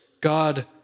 God